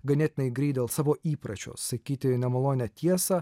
ganėtinai greit dėl savo įpročio sakyti nemalonią tiesą